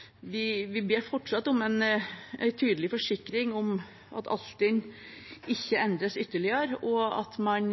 redusert. Vi ber fortsatt om en tydelig forsikring om at Altinn ikke endres ytterligere, og at man